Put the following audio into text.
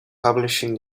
publishing